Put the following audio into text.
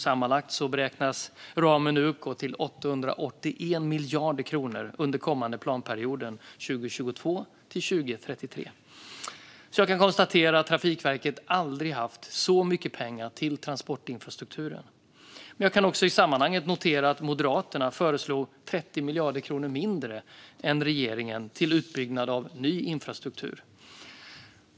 Sammanlagt beräknas ramen uppgå till 881 miljarder kronor under den kommande planperioden 2022-2033. Jag kan konstatera att Trafikverket aldrig tidigare haft så mycket pengar till transportinfrastrukturen. Jag kan i sammanhanget notera att Moderaterna föreslog 30 miljarder kronor mindre än regeringen till utbyggnad av ny infrastruktur.